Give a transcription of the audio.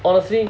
honestly